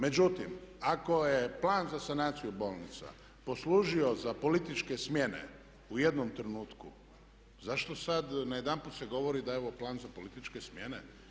Međutim, ako je plan za sanaciju bolnica poslužio za političke smjene u jednom trenutku zašto sada najedanput se govori da je ovo plan za političke smjene?